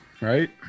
right